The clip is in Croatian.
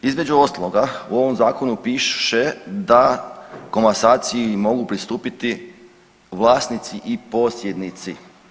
Između ostaloga u ovom zakonu piše da komasaciji mogu pristupiti vlasnici i posjednici.